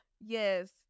Yes